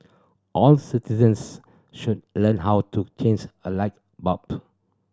all citizens should learn how to change a light bump